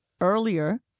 earlier